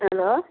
hello